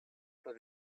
pas